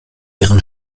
ihren